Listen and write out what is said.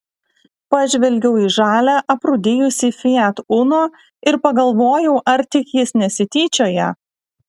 pažvelgiau į žalią aprūdijusį fiat uno ir pagalvojau ar tik jis nesityčioja